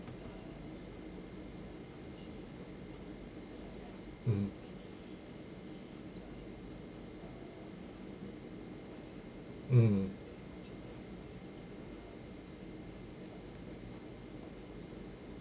mm mm